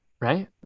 right